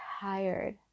tired